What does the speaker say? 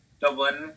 Dublin